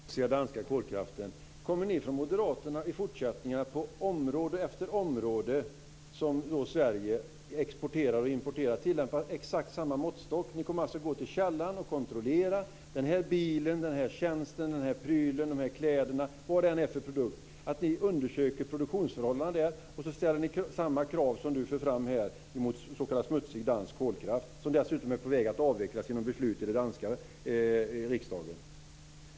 Fru talman! När det gäller den smutsiga danska kolkraften, kommer ni moderater i fortsättningen att på område efter område vid all export och import tillämpa exakt samma måttstock? Ni kommer alltså att gå till källan och kontrollera alla produkter, bilar, tjänster, prylar, kläder? Kommer ni att undersöka produktionsförhållandena och sedan föra fram samma krav som Ewa Thalén Finné gör här på smutsig dansk kolkraft, som dessutom är på väg att avvecklas enligt ett beslut i den danska riksdagen?